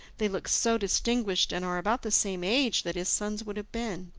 they look so distinguished and are about the same age that his sons would have been!